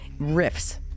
riffs